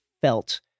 felt